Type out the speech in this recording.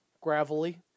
gravelly